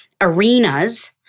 arenas